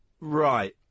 right